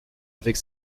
avec